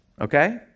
okay